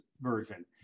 version